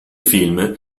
film